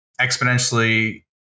exponentially